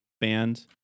band